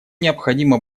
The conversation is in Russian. необходимо